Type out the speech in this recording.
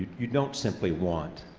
you don't simply want